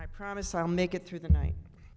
i promise i'll make it through the night